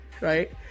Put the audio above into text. right